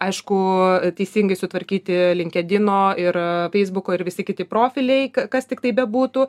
aišku teisingai sutvarkyti linkedino ir feisbuko ir visi kiti profiliai kas tiktai bebūtų